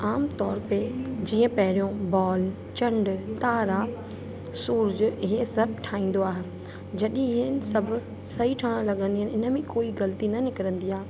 आम तौर पे जीअं पहिरियों बॉल चंड तारा सूरज इहे सभु ठाहींदो आहे जॾहिं हिन सभु सही ठहण लॻंदियू आहिनि हिन में कोई ग़लती न निकिरंदी आहे